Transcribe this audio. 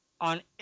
on